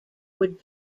would